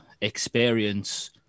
experience